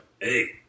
Hey